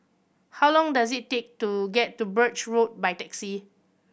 how long does it take to get to Birch Road by taxi